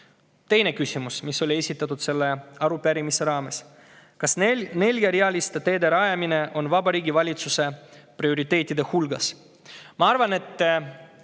Teine küsimus, mis on esitatud selles arupärimises: "Kas neljarealiste teede rajamine on Vabariigi Valitsuse prioriteetide hulgas?" Ma arvan, et